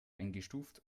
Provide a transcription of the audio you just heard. eingestuft